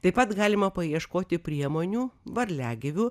taip pat galima paieškoti priemonių varliagyvių